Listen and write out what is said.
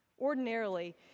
Ordinarily